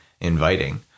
inviting